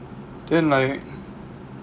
then like